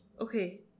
Okay